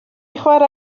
chwara